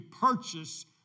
purchase